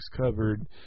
covered